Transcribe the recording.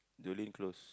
dealing close